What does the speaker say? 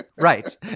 Right